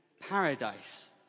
paradise